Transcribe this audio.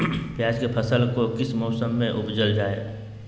प्याज के फसल को किस मौसम में उपजल जाला?